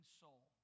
soul